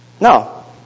No